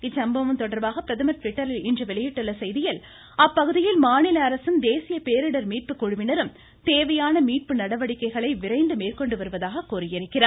இச்சம்பவம் தொடர்பாக பிரதமர் ட்விட்டரில் இன்று வெளியிட்டுள்ள செய்தியில் அப்பகுதியில் மாநில அரசும் தேசிய பேரிடர் மீட்புக்குழுவினரும் தேவையான மீட்பு நடவடிக்கைகளை விரைந்து மேற்கொண்டு வருவதாக குறிப்பிட்டுள்ளார்